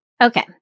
Okay